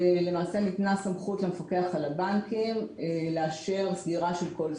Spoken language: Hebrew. שלמעשה ניתנה סמכות למפקח על הבנקים לאשר סגירה של כל סניף,